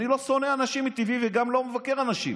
אני לא שונא אנשים מטבעי וגם לא מבקר אנשים.